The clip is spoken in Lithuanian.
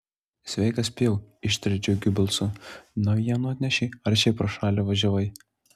sveikas pijau ištarė džiugiu balsu naujienų atnešei ar šiaip pro šalį važiavai